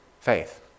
faith